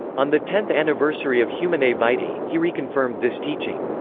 on the tenth anniversary of humanae vitae, he reconfirmed this teaching.